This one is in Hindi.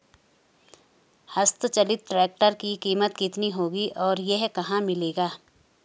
हस्त चलित ट्रैक्टर की कीमत कितनी होगी और यह कहाँ मिलेगा?